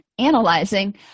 Analyzing